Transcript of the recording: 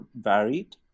varied